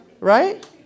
Right